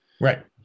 right